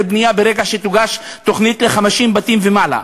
בנייה ברגע שתוגש תוכנית ל-50 בתים ומעלה.